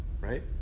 Right